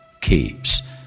keeps